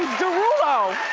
derulo!